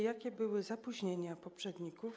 Jakie były zapóźnienia poprzedników?